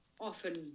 often